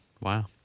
wow